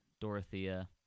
Dorothea